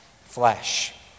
flesh